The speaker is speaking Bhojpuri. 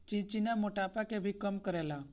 चिचिना मोटापा के भी कम करेला